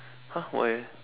!huh! why eh